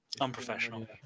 unprofessional